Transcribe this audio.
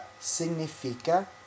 significa